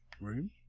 room